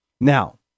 Now